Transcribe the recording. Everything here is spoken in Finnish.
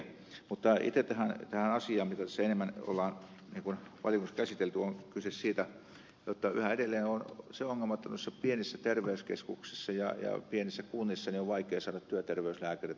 mutta itse tässä asiassa mitä tässä enemmän on valiokunnassa käsitelty on kyse siitä jotta yhä edelleen on se ongelma että noissa pienissä terveyskeskuksissa ja pienissä kunnissa on vaikea saada työterveyslääkäreitä